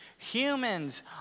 Humans